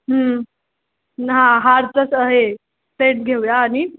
ना हारचंच हे सेट घेऊया आणि